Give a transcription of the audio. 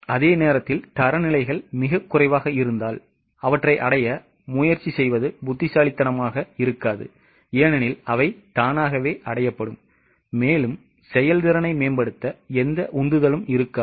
அதே நேரத்தில் தரநிலைகள் மிகக் குறைவாக இருந்தால் அவற்றை அடைய முயற்சி செய்வது புத்திசாலிதனமாக இருக்காது ஏனெனில் அவை தானாகவே அடையப்படும் மேலும் செயல்திறனை மேம்படுத்த எந்த உந்துதலும் இருக்காது